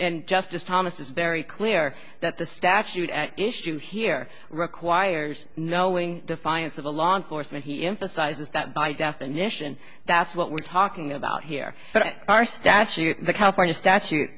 justice thomas is very clear that the statute at issue here requires knowing defiance of a law enforcement he emphasizes that by definition that's what we're talking about here are statute the california statute